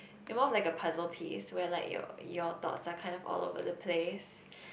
it more like a puzzle piece where like your your thoughts are kind of all over the place